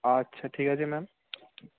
আচ্ছা ঠিক আছে ম্যাম